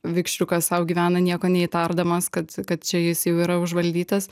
vikšriukas sau gyvena nieko neįtardamas kad kad čia jis jau yra užvaldytas